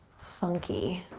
funky.